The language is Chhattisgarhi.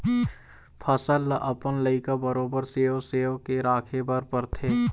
फसल ल अपन लइका बरोबर सेव सेव के राखे बर परथे